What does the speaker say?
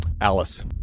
Alice